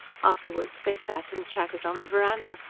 afterwards they sat and chatted on the verandah,